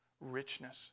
richness